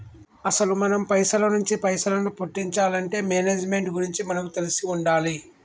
అసలు మనం పైసల నుంచి పైసలను పుట్టించాలంటే మేనేజ్మెంట్ గురించి మనకు తెలిసి ఉండాలి